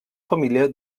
família